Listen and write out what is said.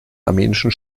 armenischen